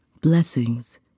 blessings